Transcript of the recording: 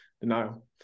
denial